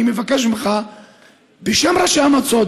אני מבקש ממך בשם ראשי המועצות,